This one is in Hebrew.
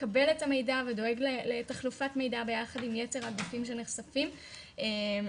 מקבל את המידע ודואג לתחלופת מידע ביחד עם יתר הגופים שנחשפים לפגיעה,